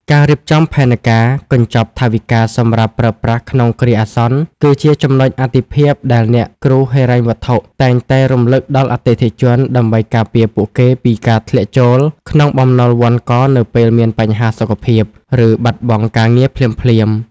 ការរៀបចំផែនការកញ្ចប់ថវិកាសម្រាប់ប្រើប្រាស់ក្នុងគ្រាអាសន្ន គឺជាចំណុចអាទិភាពដែលអ្នកគ្រូហិរញ្ញវត្ថុតែងតែរំលឹកដល់អតិថិជន ដើម្បីការពារពួកគេពីការធ្លាក់ចូលក្នុងបំណុលវណ្ឌកនៅពេលមានបញ្ហាសុខភាព ឬបាត់បង់ការងារភ្លាមៗ។